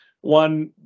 One